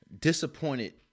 disappointed